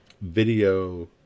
video